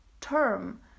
term